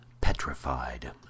petrified